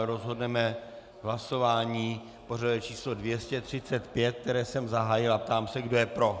Rozhodneme v hlasování pořadové číslo 235, které jsem zahájil, a ptám se, kdo je pro.